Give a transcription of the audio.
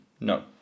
no